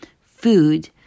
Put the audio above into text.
food